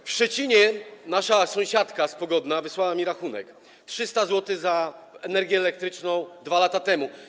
W Szczecinie nasza sąsiadka z Pogodna wysłała mi rachunek: 300 zł za energię elektryczną 2 lata temu.